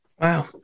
Wow